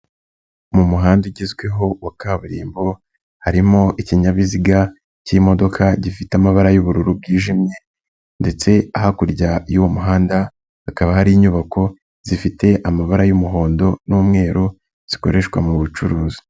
Mu muhanda ugezweho wa kaburimbo harimo ikinyabiziga k'imodoka gifite amabara y'ubururu bwijimye ndetse hakurya y'uwo muhanda hakaba hari inyubako zifite amabara y'umuhondo n'umweru zikoreshwa mu bucuruzi.